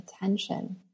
attention